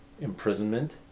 imprisonment